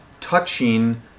touching